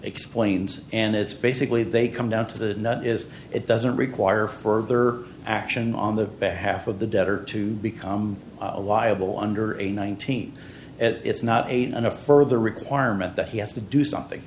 explains and it's basically they come down to the is it doesn't require further action on the back half of the debtor to become a liable under a nineteen it's not eight and a further requirement that he has to do something